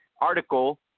article